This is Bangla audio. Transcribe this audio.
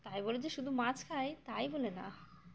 তাই বলে যে শুধু মাছ খাই তাই বলে না